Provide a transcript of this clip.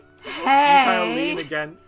Hey